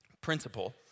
Principle